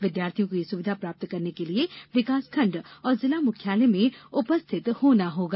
विद्यार्थियों को यह सुविधा प्राप्त करने के लिए विकासखंड और जिला मुख्यालय में उपस्थित होना होगा